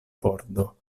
pordo